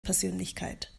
persönlichkeit